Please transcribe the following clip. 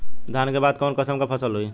धान के बाद कऊन कसमक फसल होई?